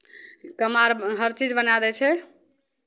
कमार हरचीज बना दै छै